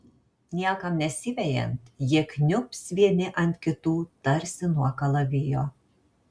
niekam nesivejant jie kniubs vieni ant kitų tarsi nuo kalavijo